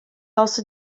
also